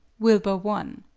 wilbur won.